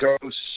ghost